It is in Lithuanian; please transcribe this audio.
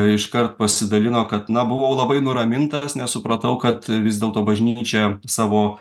iškart pasidalino kad na buvau labai nuramintas nes supratau kad vis dėlto bažnyčia savo